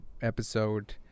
episode